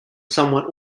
somewhat